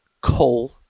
coal